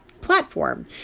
platform